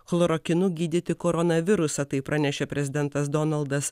chlorokinu gydyti koronavirusą tai pranešė prezidentas donaldas